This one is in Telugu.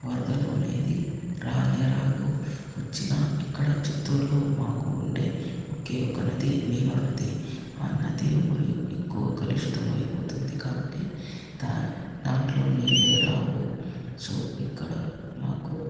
వరదలు అనేది రానే రాదు వచ్చినా ఇక్కడ చిత్తూరులో మాకు ఉండే ఒకే ఒక నది నీవా నది ఆ నది మరియు ఎక్కువ కలుషితం అయిపోతుంది కాబట్టి దా దాంట్లో నీళ్ళే రావు సో ఇక్కడ మాకు